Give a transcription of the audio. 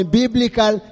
biblical